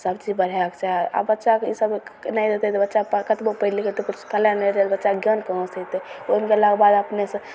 सबचीज बढ़ैके छै आब बच्चाके ईसब नहि देतै तऽ बच्चाके कतबो पढ़ि लिखि लेतै पुस्तकालय नहि देतै तऽ बच्चाके ज्ञान कहाँ से अएतै ओहिमे गेलाके बाद अपने से